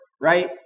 right